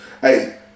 Hey